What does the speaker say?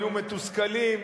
היו מתוסכלים,